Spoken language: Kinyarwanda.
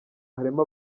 harimo